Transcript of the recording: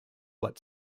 but